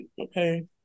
okay